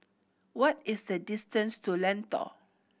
what is the distance to Lentor